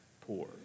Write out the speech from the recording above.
poor